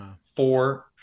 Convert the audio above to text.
Four